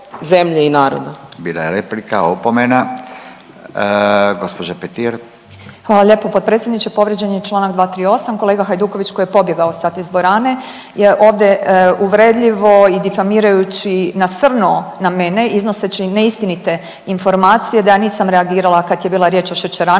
Marijana (Nezavisni)** Hvala lijepo potpredsjedniče. Povrijeđen je čl. 238., kolega Hajduković koji je pobjegao sad iz dvorane je ovdje uvredljivo i difamirajući nasrnuo na mene iznoseći neistinite informacije da ja nisam reagirala kad je bila riječ o šećeranama,